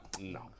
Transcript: No